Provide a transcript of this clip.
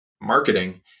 marketing